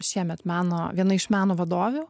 šiemet meno viena iš meno vadovių